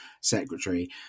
secretary